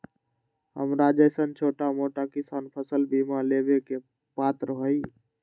हमरा जैईसन छोटा मोटा किसान फसल बीमा लेबे के पात्र हई?